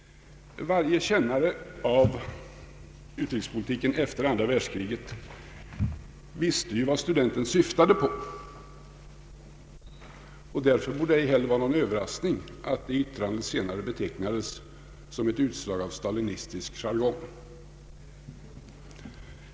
Varje kännare av utrikespolitiken efter andra världskriget vet ju vad studenten syftade på. Det var därför inte heller någon överraskning att detta yttrande senare betecknades som ett utslag av stalinistisk jargong.